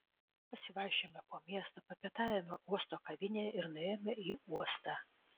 pasivaikščiojome po miestą papietavome uosto kavinėje ir nuėjome į uostą